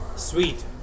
Sweet